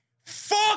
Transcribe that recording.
Fuck